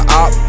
op